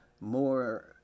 more